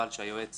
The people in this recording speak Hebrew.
אבל שהיועץ